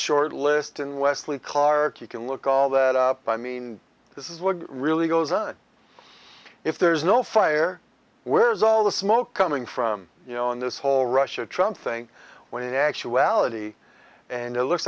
short list and wesley clark you can look all that up i mean this is what really goes on if there's no fire where's all the smoke coming from you know on this whole russia trying thing when in actuality and it looks